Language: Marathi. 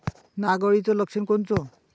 नाग अळीचं लक्षण कोनचं?